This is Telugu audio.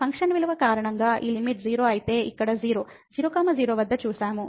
ఫంక్షన్ విలువ కారణంగా ఈ లిమిట్ 0 అయితే ఇక్కడ 0 00 వద్ద చూశాము